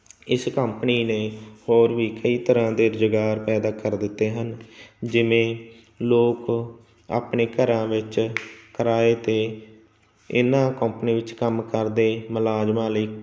ਇਸ ਕੰਪਨੀ ਨੇ ਹੋਰ ਵੀ ਕਈ ਤਰ੍ਹਾਂ ਦੇ ਰੁਜ਼ਗਾਰ ਪੈਦਾ ਕਰ ਦਿੱਤੇ ਹਨ ਜਿਵੇਂ ਲੋਕ ਆਪਣੇ ਘਰਾਂ ਵਿੱਚ ਕਿਰਾਏ 'ਤੇ ਇਹਨਾਂ ਕੌਂਪਨੀ ਵਿੱਚ ਕੰਮ ਕਰਦੇ ਮੁਲਾਜ਼ਮਾਂ ਲਈ